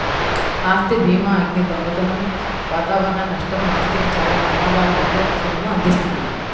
ఆస్తి భీమాఅగ్ని, దొంగతనం వాతావరణ నష్టం, ఆస్తికి చాలా ప్రమాదాల నుండి రక్షణను అందిస్తుంది